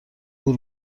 بور